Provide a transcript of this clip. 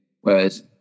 Whereas